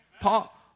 Paul